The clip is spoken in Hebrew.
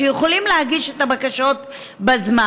שיכולים להגיש את הבקשות בזמן,